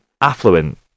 affluent